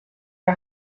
are